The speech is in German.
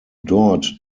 dort